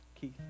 Keith